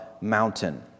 mountain